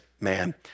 man